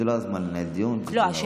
זה לא הזמן לנהל דיון, זה יותר מדי ארוך.